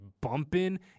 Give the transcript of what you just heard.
bumping